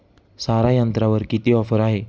सारा यंत्रावर किती ऑफर आहे?